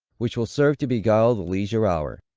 which will serve to beguile the leisure hour,